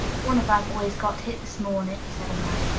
one of our boys got hit this morning, said a man.